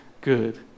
good